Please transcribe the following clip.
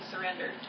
surrendered